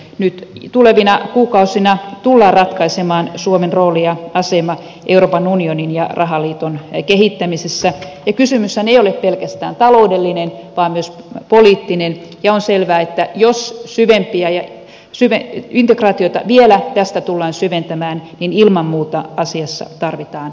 nyt tulevina kuukausina tullaan ratkaisemaan suomen rooli ja asema euroopan unionin ja rahaliiton kehittämisessä ja kysymyshän ei ole pelkästään taloudellinen vaan myös poliittinen ja on selvää että jos integraatiota vielä tästä tullaan syventämään niin ilman muuta asiassa tarvitaan kansanäänestys